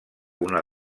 una